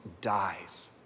dies